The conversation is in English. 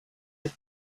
have